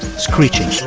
screeching